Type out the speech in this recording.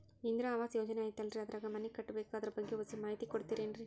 ಇಂದಿರಾ ಆವಾಸ ಯೋಜನೆ ಐತೇಲ್ರಿ ಅದ್ರಾಗ ಮನಿ ಕಟ್ಬೇಕು ಅದರ ಬಗ್ಗೆ ಒಸಿ ಮಾಹಿತಿ ಕೊಡ್ತೇರೆನ್ರಿ?